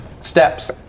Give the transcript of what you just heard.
steps